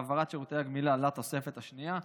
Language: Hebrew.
העברת שירותי הגמילה לתוספת השנייה),